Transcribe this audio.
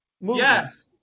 yes